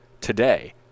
today